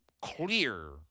clear